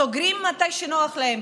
סוגרים מתי שנוח להם,